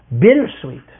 bittersweet